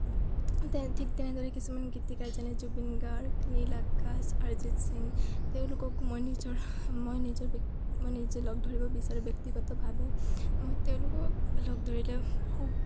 তেন থিক তেনেদৰে কিছুমান গীতিকাৰ যেনে জুবিন গাৰ্গ নীল আকাশ অৰিজিত সিং তেওঁলোকক মই নিজৰ মই নিজৰ মই নিজে লগ ধৰিব বিচাৰোঁ ব্যক্তিগতভাৱে মই তেওঁলোকক লগ ধৰিলেও খুউব